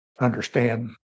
understand